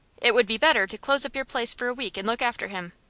it would be better to close up your place for a week and look after him.